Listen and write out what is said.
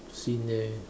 scene there